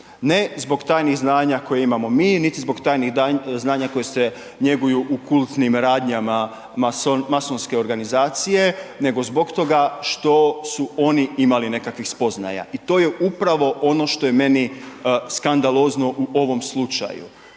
ne zbog tajnih znanja koje imamo mi niti zbog tajnih znanja koja se njeguju u kultnih radnjama masonske organizacije nego zbog toga što su oni imali nekakvih spoznaja i to je upravo ono što je meni skandalozno u ovom slučaju.